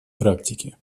практики